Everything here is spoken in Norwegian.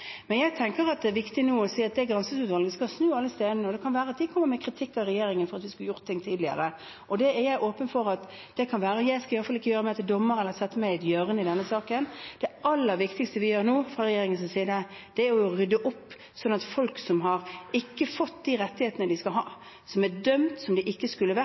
er viktig nå å si at det granskingsutvalget skal snu alle steiner. Det kan være at det kommer med kritikk av regjeringen for at vi skulle gjort ting tidligere. Det er jeg åpen for at det kan være. Jeg skal i hvert fall ikke gjøre meg til dommer eller sette meg i et hjørne i denne saken. Det aller viktigste vi gjør nå fra regjeringens side, er å rydde opp for folk som ikke har fått de rettighetene de skal ha, som er dømt, som de ikke skulle vært